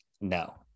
no